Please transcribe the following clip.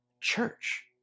church